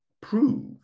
prove